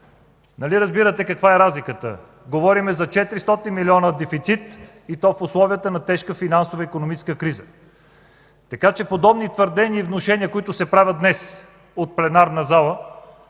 Нали разбирате каква е разликата? Говорим за 400 милиона дефицит и то в условията на тежка финансово-икономическа криза. Така че подобни твърдения и внушения, които се правят днес от пленарната зала,